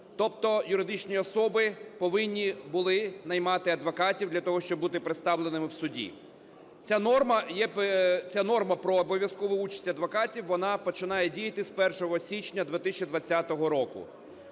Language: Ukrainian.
тобто юридичні особи повинні були наймати адвокатів для того, щоб бути представленими в суді. Ця норма є... ця норма про обов'язкову участь адвокатів, вона починає діяти з 1 січня 2020 року.